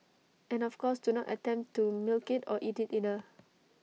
and of course do not attempt to milk IT or eat IT either